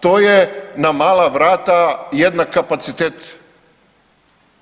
To je na mala vrata jednak kapacitet